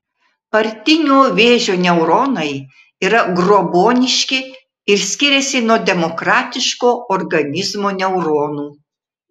partinio vėžio neuronai yra grobuoniški ir skiriasi nuo demokratiško organizmo neuronų